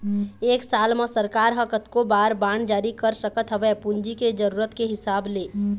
एक साल म सरकार ह कतको बार बांड जारी कर सकत हवय पूंजी के जरुरत के हिसाब ले